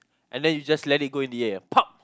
and then you just let it go in the air pop